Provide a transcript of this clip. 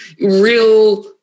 real